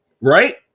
right